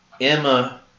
Emma